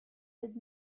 with